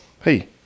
Hey